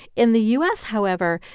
in the u s, however,